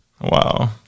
Wow